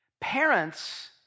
Parents